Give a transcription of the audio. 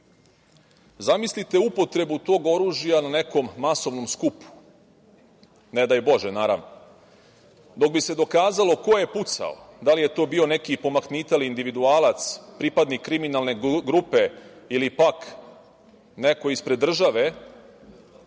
upotrebu tog oružja na nekom masovnom skupu. Ne daj Bože, naravno. Dok bi se dokazalo ko je pucao, da li je to bio neki pomahnitali individualac, pripadnik kriminalne grupe ili neko ispred države,